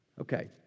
Okay